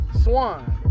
Swan